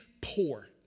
poor